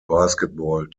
basketball